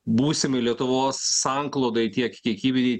būsimi lietuvos sanklodai tiek kiekybiniai